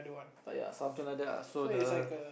err ya something like that lah so the